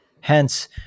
Hence